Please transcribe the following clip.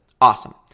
Awesome